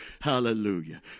Hallelujah